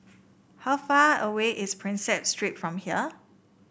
how far away is Prinsep Street from here